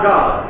God